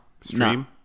Stream